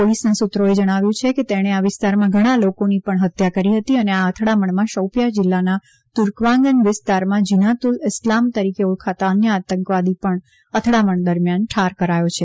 પોલીસના સુત્રોએ જણાવ્યું કે તેણે આ વીસ્તારમાં ઘણા લોકોની પણ હત્યા કરી હતી અને આ અથડામણમાં શોપિયા જીલ્લાના તુર્કવાંગન વીસ્તારમાં ઝિનાતુલ ઈસ્લામ તરીકે ઓળખાતા અન્ય આતંકવાદી પણ અથડામણ દરમ્યાન ઠાર કરાયો છે